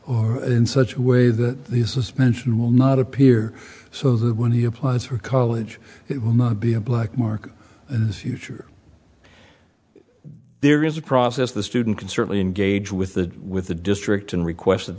in such way that the suspension will not appear so that when he applies for college it must be a black mark and the future there is a process the student can certainly engage with the with the district and requested